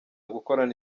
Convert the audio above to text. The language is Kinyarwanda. gukorana